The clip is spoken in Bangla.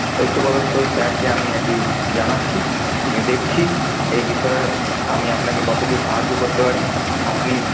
উচ্চপদস্থ স্যারকে আমি এটি জানাচ্ছি আমি দেখছি এই বিষয়ে আমি আপনাকে কতদূর সাহায্য করতে পারি আপনি